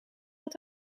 het